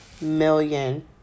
million